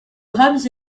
rames